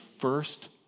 first